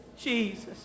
Jesus